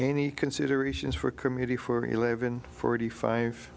any considerations for a committee for eleven forty five